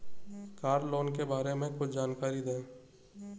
Car loan के बारे में कुछ जानकारी दें?